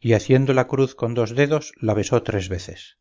y haciendo la cruz con dos dedos la besó tres veces